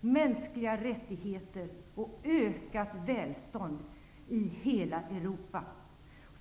mänskliga rättigheter och ökat välstånd i hela Europa.